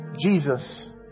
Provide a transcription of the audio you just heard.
Jesus